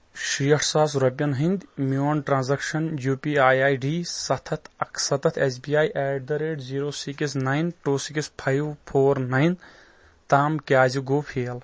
شیٛٹھ ساس رۄپیٚن ہٕنٛدۍ میون transaction U P I I D ستھ ہتھ اکستتھ S B I at the rate zero six nine two six five four nine تام کیٛازِ گوٚو فیل ؟